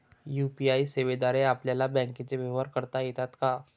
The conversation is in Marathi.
यू.पी.आय सेवेद्वारे आपल्याला बँकचे व्यवहार करता येतात का?